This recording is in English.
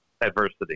adversity